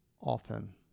often